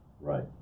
Right